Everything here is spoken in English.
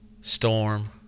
Storm